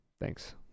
Thanks